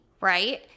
right